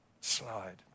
slide